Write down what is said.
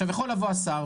יכול לבוא השר,